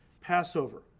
Passover